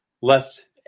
left